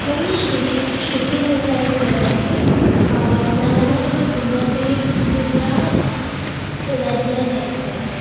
हो मी श्रुत श्रुती भलसारे बोलत आहे मला माझ्या कुटुंबासहित उद्या कोराडीला जायचं आहे